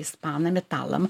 ispanam italam